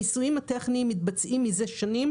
הניסויים הטכניים מתבצעים מזה שנים,